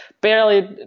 barely